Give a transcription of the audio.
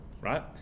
right